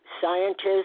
scientists